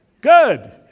Good